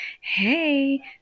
Hey